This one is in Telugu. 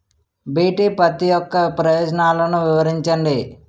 బి.టి పత్తి యొక్క ప్రయోజనాలను వివరించండి?